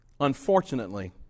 Unfortunately